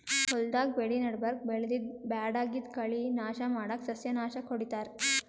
ಹೊಲ್ದಾಗ್ ಬೆಳಿ ನಡಬರ್ಕ್ ಬೆಳ್ದಿದ್ದ್ ಬ್ಯಾಡಗಿದ್ದ್ ಕಳಿ ನಾಶ್ ಮಾಡಕ್ಕ್ ಸಸ್ಯನಾಶಕ್ ಹೊಡಿತಾರ್